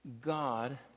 God